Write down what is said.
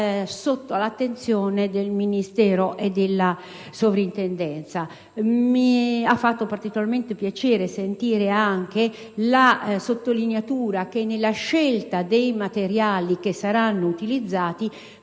sotto l'attenzione del Ministero e della sovrintendenza. Mi ha fatto poi particolarmente piacere sentire la sottolineatura che, nella scelta dei materiali che saranno utilizzati,